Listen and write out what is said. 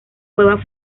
cueva